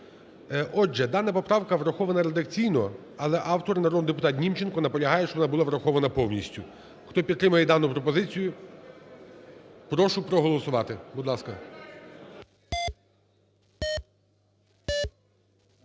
Отже дана поправка врахована редакційно, але автор, народний депутат Німченко, наполягає, щоб вона була врахована повністю. Хто підтримує дану пропозицію, прошу проголосувати.